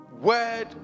word